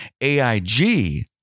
AIG